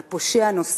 על פושע נוסף,